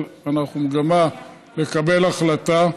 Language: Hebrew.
אבל אנחנו במגמה לקבל החלטה,